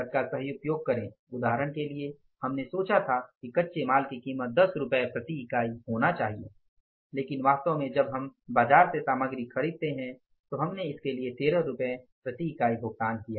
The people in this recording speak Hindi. तर्क का सही उपयोग करें उदाहरण के लिए हमने सोचा था कि कच्चे माल की कीमत 10 रुपये प्रति इकाई होना चाहिए लेकिन वास्तव में जब हम बाजार से सामग्री खरीदते हैं तो हमने इसे 13 रुपये प्रति इकाई पाया